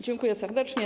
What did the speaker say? Dziękuję serdecznie.